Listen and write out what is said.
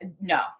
no